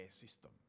system